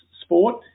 sport